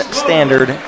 standard